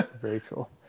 Rachel